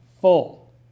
Full